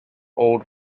old